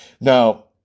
Now